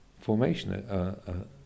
formation